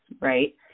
Right